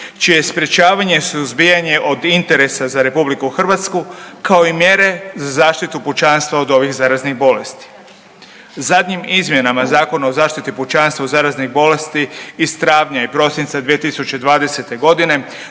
je sprječavanje suzbijanje od interesa za RH kao i mjere za zaštitu pučanstva od ovih zaraznih bolesti. Zadnjim izmjenama Zakona o zaštiti pučanstva od zaraznih bolesti iz travnja i prosinca 2020. godine